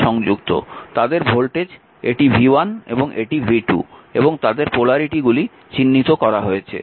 তাদের ভোল্টেজ এটি v1 এবং এটি v2 এবং তাদের পোলারিটি চিহ্নিত করা হয়েছে